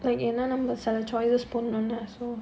like ஏனா நம்ம சில:yaenaa nammma sila choices போடனும்ல:podanumla so